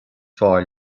fearr